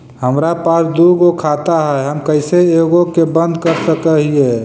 हमरा पास दु गो खाता हैं, हम कैसे एगो के बंद कर सक हिय?